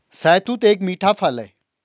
शहतूत एक मीठा फल है